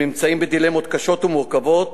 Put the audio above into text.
הם נמצאים בדילמות קשות ומורכבות,